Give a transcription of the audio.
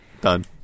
Done